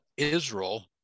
israel